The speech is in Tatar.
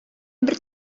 бер